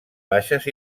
baixes